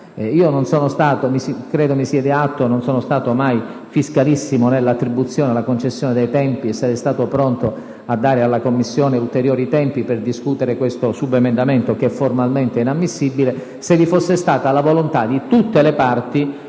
sono mai stato - credo che mi si debba dare atto di ciò - fiscalissimo nella concessione dei tempi e sarei stato pronto a dare alla Commissione ulteriori tempi per discutere questo subemendamento, che è formalmente inammissibile, se vi fosse stata la volontà di tutte le parti di